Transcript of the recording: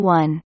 one